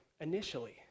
initially